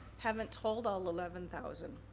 haven't told all eleven thousand.